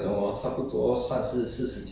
ah 自己 design lor